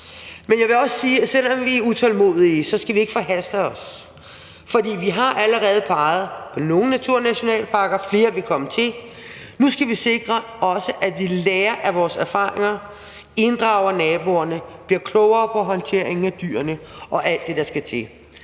Men jeg vil også sige, at selv om vi er utålmodige, skal vi ikke forhaste os, for vi har allerede peget på nogle naturnationalparker, og flere vil komme til. Nu skal vi sikre, at vi også lærer af vores erfaringer: inddrager naboerne og bliver klogere på håndteringen af dyrene og alt det, der skal til.